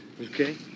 Okay